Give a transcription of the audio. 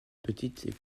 petites